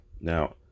Now